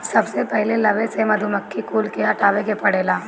सबसे पहिले लवे से मधुमक्खी कुल के हटावे के पड़ेला